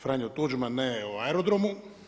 Franjo Tuđman, ne o aerodromu.